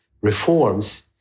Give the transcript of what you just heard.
reforms